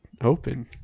Open